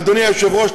אדוני היושב-ראש,